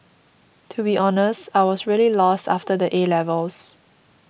to be honest I was really lost after the 'A' levels